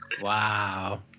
Wow